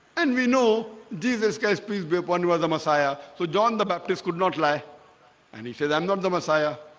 and we know jesus christ peace be upon you as a messiah so john the baptist could not lie and he says i'm not the messiah